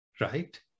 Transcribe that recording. Right